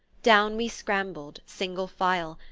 down we scrambled, single file,